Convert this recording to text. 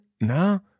No